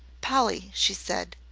polly, she said,